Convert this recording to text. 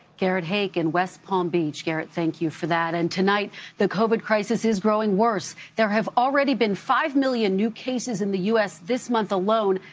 garrett haake, in west palm beach. garrett, thank you for that. and tonight the covid crisis is growing worse. there have already been five million new cases in the u s. this month alone,